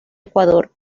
ecuador